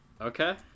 Okay